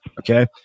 Okay